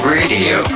Radio